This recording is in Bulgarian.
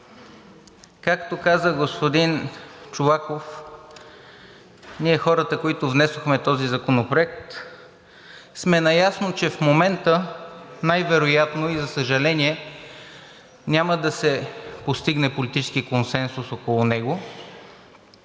Както каза господин Чолаков, ние, хората, които внесохме този законопроект, сме наясно, че в момента най-вероятно и, за съжаление, няма да се постигне политически консенсус около него,